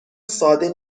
ساده